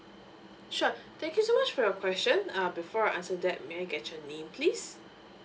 sure thank you so much for your question uh before I answer that may I get your name please